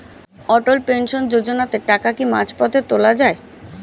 অটল pension যোজনাতে টাকা কি মাঝপথে তোলা যায়?